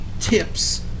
tips